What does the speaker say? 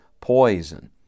poison